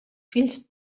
fills